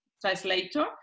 translator